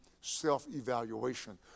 self-evaluation